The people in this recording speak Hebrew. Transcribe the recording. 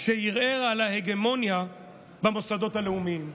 כשערער על ההגמוניה במוסדות הלאומיים.